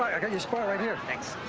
i got your spot right here. thanks.